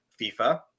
FIFA